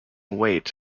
weight